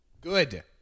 Good